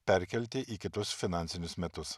perkelti į kitus finansinius metus